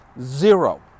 zero